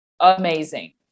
amazing